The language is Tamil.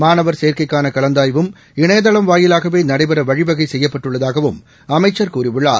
மாணவர் சேர்க்கைக்கானகலந்தாய்வும் இணையதளம் வாயிலாகவேநடைபெறவழிவகைசெய்யப்பட்டுள்ளதாகவும் அமைச்சர் கூறியுள்ளார்